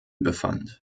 befand